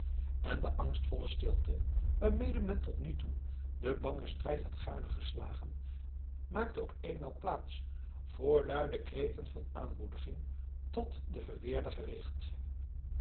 en de angstvolle stilte waarmede men tot nu toe den bangen strijd had gadegeslagen maakte op eenmaal plaats voor luide kreten van aanmoediging tot den verweerder gericht